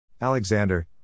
Alexander